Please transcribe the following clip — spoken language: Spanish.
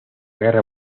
guerra